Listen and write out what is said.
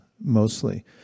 mostly